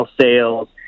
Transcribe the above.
sales